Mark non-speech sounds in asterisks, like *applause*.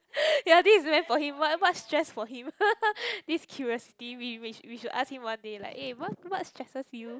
*breath* this is meant for him what what stress for him *laughs* this curiosity we we we should ask him one day like eh what what stresses you